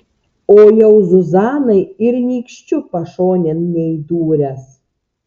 o jau zuzanai ir nykščiu pašonėn neįdūręs